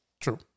True